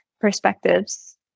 perspectives